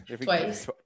twice